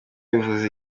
bivuze